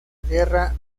guerra